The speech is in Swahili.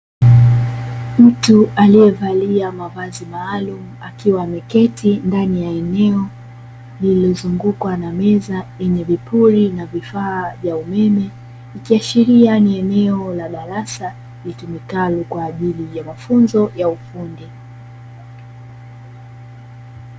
Mtu aliyevalia mavazi maalumu, akiwa ameketi ndani ya eneo lililozungukwa na meza yenye vipuli na vifaa vya umeme. Ikiashiria ni eneo la darasa litumikalo kwa ajili ya mafunzo ya ufundi.